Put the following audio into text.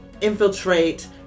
infiltrate